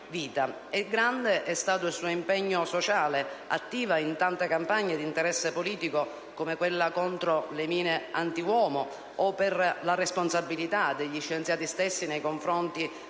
Grande è stato anche il suo impegno sociale. È stata parte attiva in tante campagne di interesse politico, come quella contro le mine antiuomo, o per la responsabilità degli scienziati stessi nei confronti della